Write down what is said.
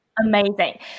Amazing